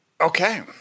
Okay